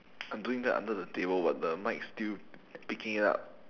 I'm doing that under the table but the mic still picking it up